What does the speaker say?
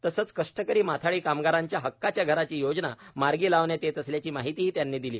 तसंच कष्टकरी माथाडी कामगारांच्या हक्काच्या घराची योजना मार्गी लावण्यात येत असल्याची माहितीही त्यांनी दिली